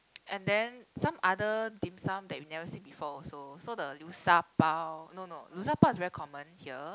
and then some other dim-sum that we never before also so the liu-sha-bao no no liu-sha-bao is very common here